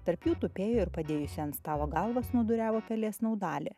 tarp jų tupėjo ir padėjusi ant stalo galvą snūduriavo pelė snaudalė